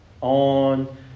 on